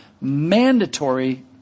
mandatory